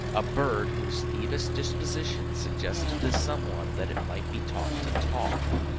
a bird whose thievish disposition suggested to someone that it might be taught to talk.